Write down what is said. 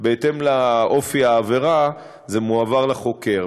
ובהתאם לאופי העבירה זה מועבר לחוקר,